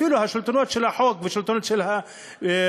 אפילו השלטונות של החוק והשלטונות של הביטחון,